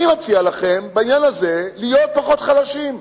אני מציע לכם בעניין הזה להיות פחות חלשים.